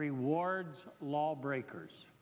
rewards law breakers